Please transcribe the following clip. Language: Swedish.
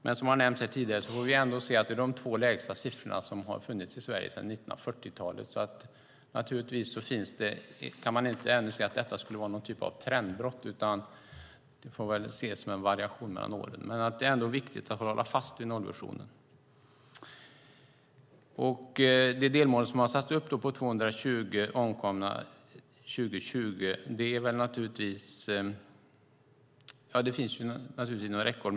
Men som har nämnts här tidigare får vi ändå konstatera att det är de två lägsta siffror som har funnits i Sverige sedan 1940-talet. Man kan inte se att detta skulle vara någon typ av trendbrott, utan det får ses som en variation mellan åren. Men det är ändå viktigt att hålla fast vid nollvisionen. Det delmål som har satts upp om högst 220 omkomna år 2020 finns inom räckhåll.